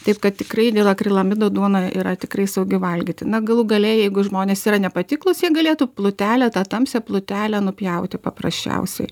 taip kad tikrai dėl akrilamido duona yra tikrai saugi valgyti na galų gale jeigu žmonės yra nepatiklūs jie galėtų plutelę tą tamsią plutelę nupjauti paprasčiausiai